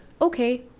okay